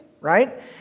right